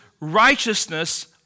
righteousness